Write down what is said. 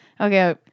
Okay